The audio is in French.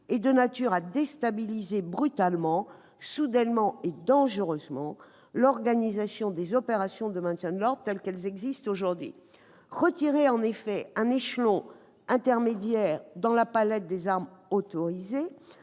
est de nature à déstabiliser brutalement, soudainement et dangereusement l'organisation des opérations de maintien de l'ordre telles qu'elles existent aujourd'hui. En effet, retirer un échelon intermédiaire dans la palette des armes autorisées